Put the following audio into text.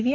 V